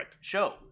show